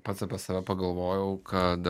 pats apie save pagalvojau kad